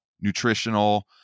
nutritional